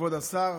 כבוד השר,